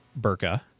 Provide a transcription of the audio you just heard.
Burqa